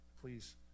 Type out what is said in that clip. please